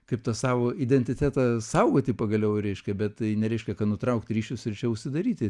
kaip tą savo identitetą saugoti pagaliau reiškia bet tai nereiškia kad nutraukt ryšius ir čia užsidaryti